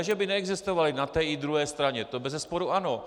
Ne že by neexistovaly na té i druhé straně, to bezesporu ano.